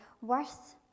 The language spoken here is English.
worth